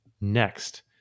next